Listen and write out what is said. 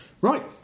Right